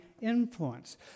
influence